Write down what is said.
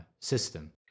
system